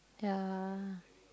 ya